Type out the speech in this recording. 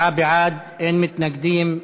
37 בעד, אין מתנגדים,